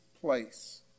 place